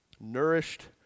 Nourished